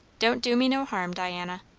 don't do me no harm, diana.